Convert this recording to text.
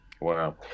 Wow